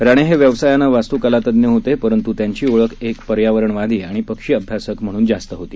राणे हे व्यवसायानं वास्तूकलातज्ञ होते परंतू त्यांची ओळख एक पर्यावरणवादी आणि पक्षिअभ्यासक म्हणून जास्त होती